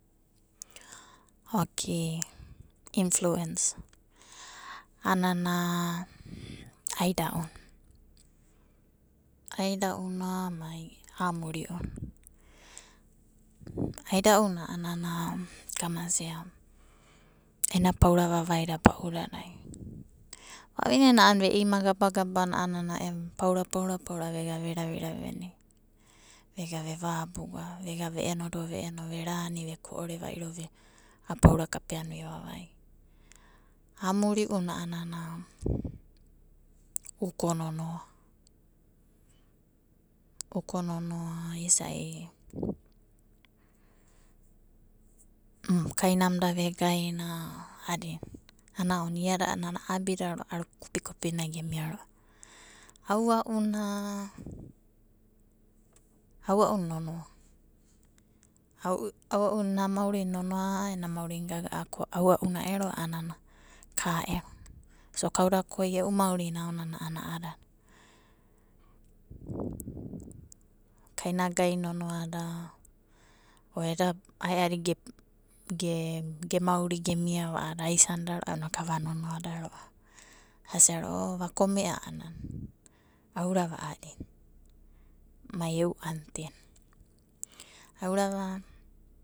Okei, influens. Anana aida'una. Aida'una na mai amuri'u. Aida'una anana, kamasia ena paora vavaida ba'udada vavinena anana ve ima gagabanana, paora, paora ve gana ve raviravi venia. Vegana ve vabuga, vegana ve endo. Veni rani ve ko'ore vairo, a paora kapeana ve vavai. Amuri'una anana uko nonoa. Uko nonoa isai, kainamna vegaindia a'adina. Ana ounana i'da adina. Ana ounana a'abida aru kopikopida. Aua'una, aua'una nonoa. Aua'una ena maurinai nonoa, ena maorina gaga'a ko aua'una ero anana ka ero. So kauda koi, eu maurina ounana'adada. Kainagae nonoa, o aiadige maori ge miavada ai'aisanida inoku avanonoa'da. Kasia va kome'a anana, va ura, va adina. Mai e'u anti na, aurava.